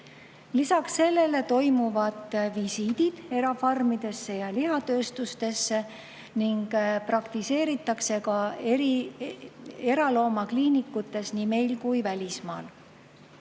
Lisaks sellele toimuvad visiidid erafarmidesse ja lihatööstustesse ning praktiseeritakse eraloomakliinikutes nii meil kui välismaal.